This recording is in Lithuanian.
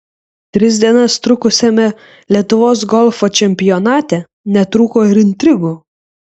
tris dienas trukusiame lietuvos golfo čempionate netrūko ir intrigų